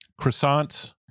Croissants